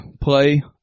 play